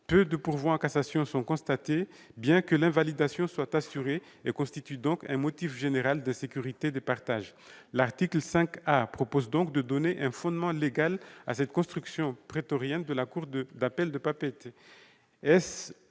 Peu de pourvois en cassation sont constatés, bien que l'invalidation soit assurée et constitue un motif général d'insécurité des partages. L'article 5 A donne donc un fondement légal à cette construction prétorienne de la cour d'appel de Papeete.